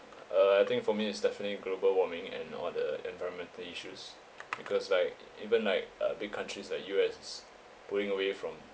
uh I think for me it's definitely global warming and all the environmental issues because like e~ even like a big countries like U_S s~ pulling away from